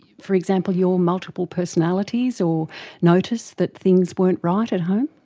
for example, your multiple personalities or notice that things weren't right at home?